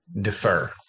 defer